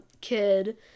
kid